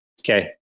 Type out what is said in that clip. Okay